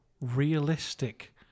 realistic